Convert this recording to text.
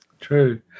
True